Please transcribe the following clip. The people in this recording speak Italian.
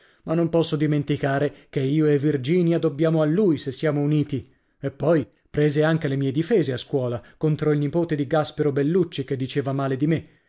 ma non posso dimenticare che io e virginia dobbiamo a lui se siamo uniti e poi prese anche le mie difese a scuola contro il nipote di gaspero bellucci che diceva male di me